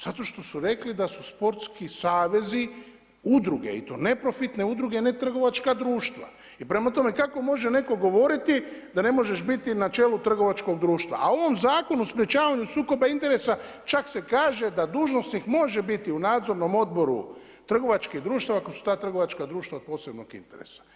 Zato što su rekli da su sportski savezi udruge i to neprofitne udruge ne trgovačka društva i prema tome, kako može netko govoriti da ne možeš biti na čelu trgovačkog društva, a on u Zakonu o sprečavanju sukoba interesa čak se kaže da dužnosnik može biti u nadzornim odboru trgovačkih društava ako su ta trgovačka društva od posebnog interesa.